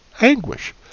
Anguish